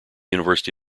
university